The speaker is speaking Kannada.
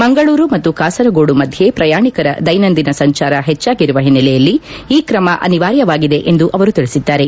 ಮಂಗಳೂರು ಮತ್ತು ಕಾಸರಗೋಡು ಮಧ್ಯ ಪ್ರಯಾಣಿಕರ ದೈನಂದಿನ ಸಂಚಾರ ಹೆಚ್ಚಾಗಿರುವ ಹಿನ್ನೆಲೆಯಲ್ಲಿ ಈ ಕ್ರಮ ಅನಿವಾರ್ಯವಾಗಿದೆ ಎಂದು ಅವರು ತಿಳಿಸಿದ್ದಾರೆ